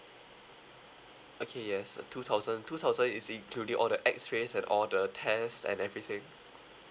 okay yes two thousand two thousand is including all the X rays and all the test and everything